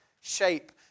shape